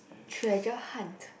treasure hunt